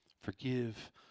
Forgive